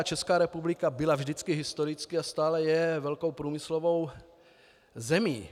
Česká republika byla vždycky historicky a stále je velkou průmyslovou zemí.